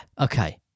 okay